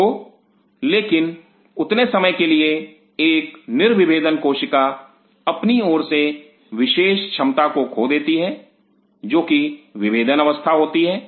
तो लेकिन उतने समय के लिए एक निर्विभेदन कोशिका अपनी ओर से विशेष क्षमता को खो देती है जो कि विभेदन अवस्था होती है